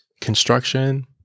construction